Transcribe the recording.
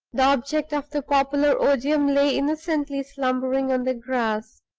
the object of the popular odium lay innocently slumbering on the grass,